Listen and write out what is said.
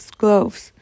gloves